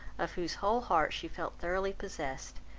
of whose whole heart she felt thoroughly possessed,